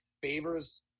favors –